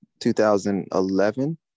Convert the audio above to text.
2011